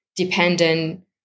dependent